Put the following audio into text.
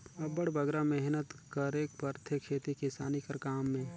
अब्बड़ बगरा मेहनत करेक परथे खेती किसानी कर काम में